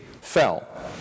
fell